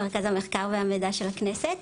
מרכז המחקר והמידע של הכנסת.